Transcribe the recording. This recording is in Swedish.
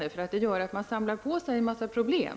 Den gör att man efter hand samlar på sig en mängd problem.